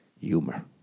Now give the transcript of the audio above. Humor